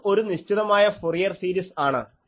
അതും ഒരു നിശ്ചിതമായ ഫൊറിയർ സീരിസ് ആണ്